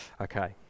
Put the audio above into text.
Okay